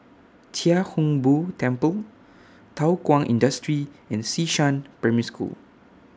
Chia Hung Boo Temple Thow Kwang Industry and Xishan Primary School